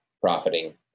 profiting